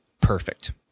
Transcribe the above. Perfect